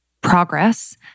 progress